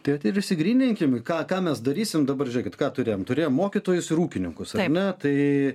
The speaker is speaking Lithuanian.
tad ir išsigryninkim ką ką mes darysim dabar žiūrėkit ką turėjom turėjom mokytojus ir ūkininkus ar ne tai